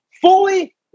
Fully